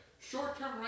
Short-term